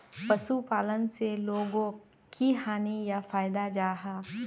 पशुपालन से लोगोक की हानि या फायदा जाहा?